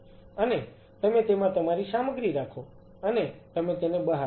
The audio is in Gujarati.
અને તમે તેમાં તમારી સામગ્રી રાખો અને તમે તેને બહાર લાવો